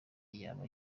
yaba